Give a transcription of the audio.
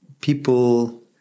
People